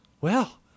Well